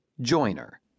Joiner